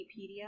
Wikipedia